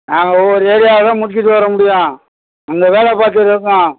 நாங்கள் ஒவ்வொரு ஏரியாவாகதான் முடிச்சுட்டு வர முடியும் அங்கே வேலை பார்த்துட்ருக்கோம்